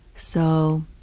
so